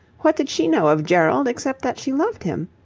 what did she know of gerald except that she loved him?